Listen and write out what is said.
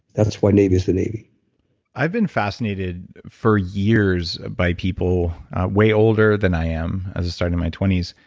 that's why navy is the navy i've been fascinated for years by people way older than i am, as i started in my twenty s,